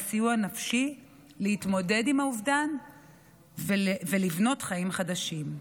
סיוע נפשי להתמודד עם האובדן ולבנות חיים חדשים.